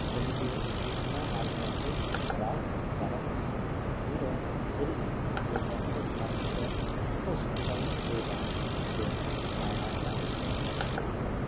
ᱠᱟᱹᱢᱤ ᱠᱚ ᱦᱩᱭᱩᱜ ᱠᱟᱱᱟ ᱟᱨ ᱚᱱᱟ ᱠᱚ ᱠᱚᱨᱟᱣ ᱜᱟᱱᱚᱜ ᱠᱟᱱᱟ ᱤᱧ ᱫᱚ ᱥᱟᱹᱨᱤᱜᱮ ᱱᱚᱣᱟ ᱞᱮᱯᱴᱚᱯ ᱧᱟᱢ ᱠᱟᱛᱮᱫ ᱮᱛᱳ ᱥᱩᱵᱤᱫᱷᱟᱧ ᱟᱹᱭᱠᱟᱹᱣᱫᱟ ᱡᱮ ᱚᱱᱟ ᱨᱮᱱᱟᱜ ᱠᱟᱛᱷᱟ ᱰᱷᱮᱨ ᱵᱟᱹᱱᱩᱜᱼᱟ